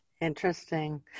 Interesting